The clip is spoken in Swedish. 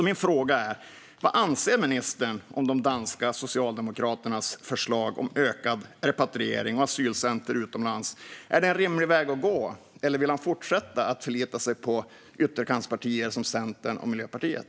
Min fråga är därför: Vad anser ministern om de danska socialdemokraternas förslag om ökad repatriering och asylcentrum utomlands? Är det en rimlig väg att gå, eller vill han fortsätta att förlita sig på ytterkantspartier som Centern och Miljöpartiet?